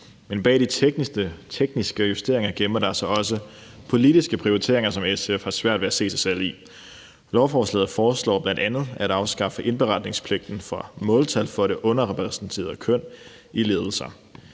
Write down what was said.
Men bag de tekniske justeringer, gemmer der sig også politiske prioriteringer, som SF har svært ved at se sig selv i. Lovforslaget foreslår bl.a. at afskaffe indberetningspligten for måltal for det underrepræsenterede køn i ledelser.